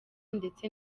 ndetse